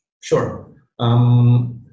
Sure